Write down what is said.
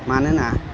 मानोना